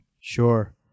Sure